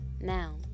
Now